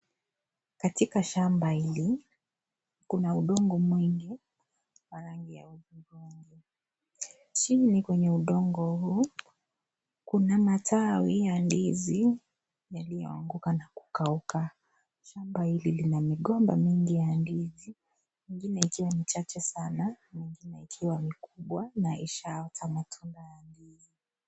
Katika shamba hili, kuna udongo mwingi wa rangi ya hudhurungi. Chini kwenye udongo huu kuna matawi ya ndizi yaliyoanguka na kukauka. Shamba hili lina migomba mingi ya ndizi, mengine ikiwa ni chache sana, mengine ikiwa ni kubwa na ishaota matunda ya ndizi.